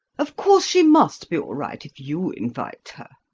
of course, she must be all right if you invite her.